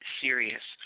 serious